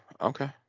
Okay